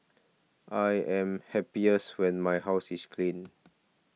I am happiest when my house is clean